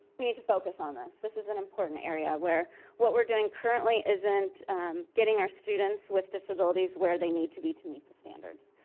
we need to focus on this, this is an important area where what we're doing currently isn't getting our students with disabilities where they need to be to meet the standards.